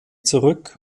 zurück